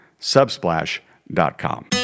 subsplash.com